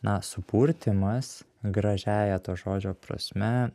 na supurtymas gražiąja to žodžio prasme